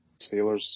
Steelers